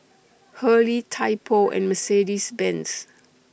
Hurley Typo and Mercedes Benz